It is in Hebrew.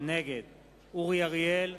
נגד אורי אריאל,